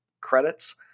credits